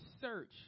search